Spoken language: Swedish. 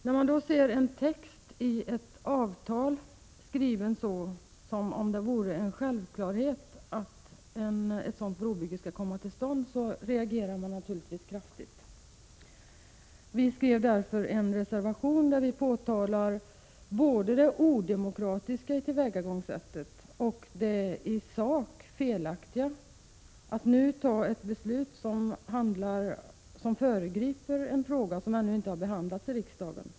När man sedan ser en avtalstext som är skriven på ett sådant sätt att det kan framstå som självklart att ett sådant brobygge skall komma till stånd, reagerar man naturligtvis kraftigt. Vi i vpk har därför skrivit en reservation, där vi påtalar både det odemokratiska i ett sådant tillvägagångssätt och det i sak felaktiga med att fatta ett beslut i en fråga som ännu inte har behandlats i riksdagen.